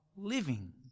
Living